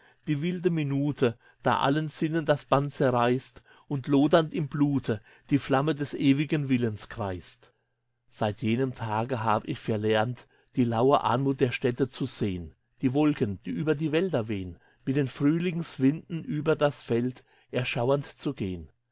die wilde minute da allen sinnen das band zerreißt und lodernd im blute die flamme des ewigen willens kreist seit jenem tage hab ich verlernt die laue anmut der städte zu sehn die wolken die über die wälder wehn mit den frühlingswinden über das feld erschauernd zu gehn